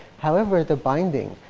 however, the binding,